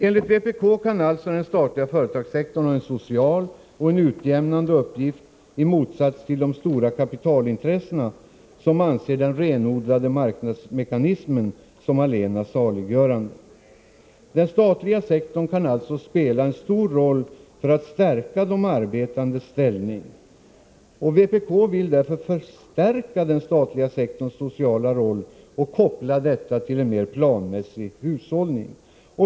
Enligt vpk kan alltså den statliga företagssektorn ha en social och utjämnande uppgift, i motsats till de stora kapitalintressena, som anser den renodlade marknadsmekanismen vara allena saliggörande. Den statliga sektorn kan således spela en stor roll för att stärka de arbetandes ställning. Vpk vill därför förstärka den statliga sektorns sociala roll och koppla denna till en mera planmässig hushållning.